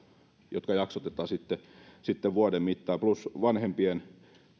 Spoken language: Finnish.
jotka jaksotetaan sitten sitten vuoden mittaan plus vanhempien